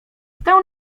stał